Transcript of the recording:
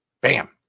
Bam